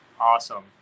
awesome